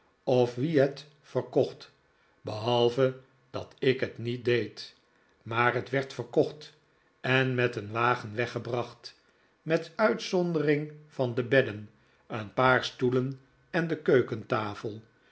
of wie het verkocht behalve dat ik het niet deed maar het werd verkocht en met een wagen weggebracht met uitzondering van de bedden een paar stoelen en de